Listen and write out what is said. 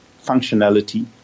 functionality